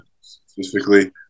Specifically